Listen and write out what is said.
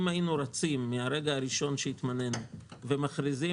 אם היינו רצים מן הרגע הראשון שהתמנינו ומכריזים